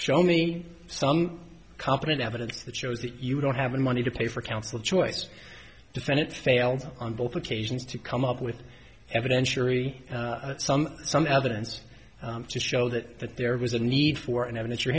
show me some competent evidence that shows that you don't have any money to pay for counsel choice defendant failed on both occasions to come up with evidence sharee some some evidence to show that there was a need for an evidence you're